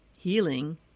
healing